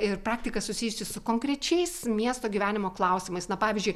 ir praktika susijusi su konkrečiais miesto gyvenimo klausimais na pavyzdžiui